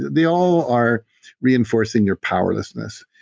they all are reinforcing your powerlessness.